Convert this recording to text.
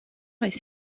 est